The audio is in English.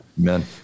Amen